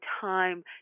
time